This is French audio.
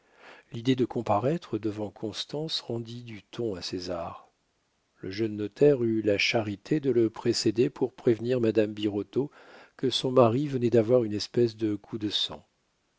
l'idée de comparaître devant constance rendit du ton à césar le jeune notaire eut la charité de le précéder pour prévenir madame birotteau que son mari venait d'avoir une espèce de coup de sang